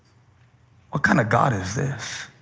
ah kind of god is this